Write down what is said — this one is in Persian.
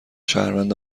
شهروند